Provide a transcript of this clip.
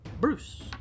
Bruce